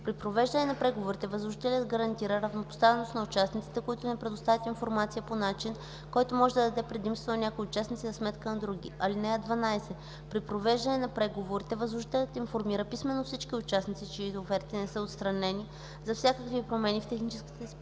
При провеждане на преговорите възложителят гарантира равнопоставеност на участниците, като не предоставя информация по начин, който може да даде предимство на някои участници за сметка на други. (12) При провеждане на преговорите възложителят информира писмено всички участници, чиито оферти не са отстранени, за всякакви промени в техническите спецификации